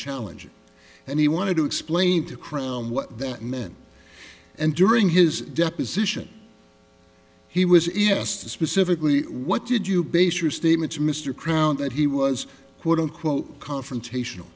challenging and he wanted to explain to crown what that meant and during his deposition he was even asked specifically what did you base your statements mr crown that he was quote unquote confrontational